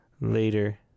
later